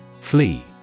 Flee